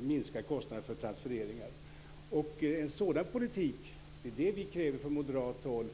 minska kostnaderna för transfereringar. Det är en sådan politik som vi kräver från moderat håll.